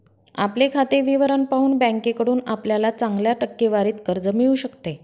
आपले खाते विवरण पाहून बँकेकडून आपल्याला चांगल्या टक्केवारीत कर्ज मिळू शकते